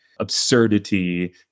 absurdity